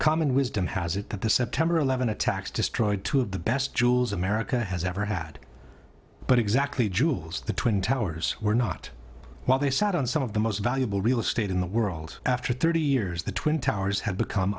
common wisdom has it that the september eleventh attacks destroyed two of the best jewels america has ever had but exactly jewels the twin towers were not what they sat on some of the most valuable real estate in the world after thirty years the twin towers had become